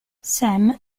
sam